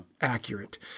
accurate